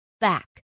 back